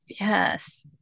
Yes